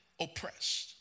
oppressed